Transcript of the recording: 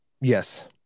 Yes